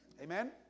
Amen